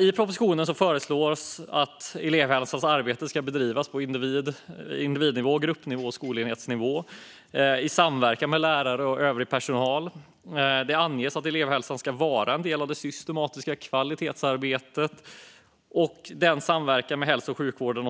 I propositionen föreslås att elevhälsans arbete ska bedrivas på individnivå, gruppnivå och skolenhetsnivå och i samverkan med lärare och övrig personal. Det anges att elevhälsan ska vara en del av det systematiska kvalitetsarbetet och att den ska samverka med hälso och sjukvården